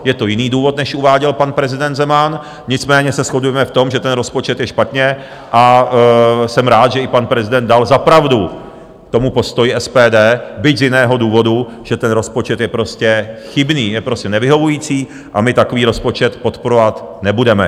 Je to jiný důvod, než uváděl pan prezident Zeman, nicméně se shodujeme v tom, že ten rozpočet je špatně, a jsem rád, že i pan prezident dal za pravdu postoji SPD, byť z jiného důvodu, že ten rozpočet je prostě chybný, je prostě nevyhovující a my takový rozpočet podporovat nebudeme.